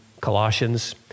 Colossians